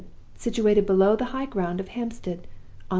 situated below the high ground of hampstead,